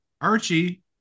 Archie